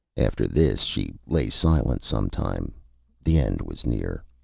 after this, she lay silent some time the end was near.